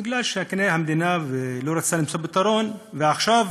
כי המדינה לא רצתה למצוא פתרון, ועכשיו